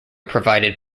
provided